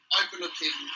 overlooking